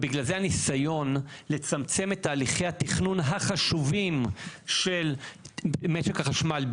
ובגלל זה הניסיון לצמצם את תהליכי התכנון החשובים של משק החשמל,